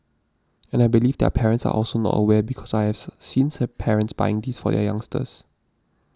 and I believe their parents are also not aware because I have seen parents buying these for their youngsters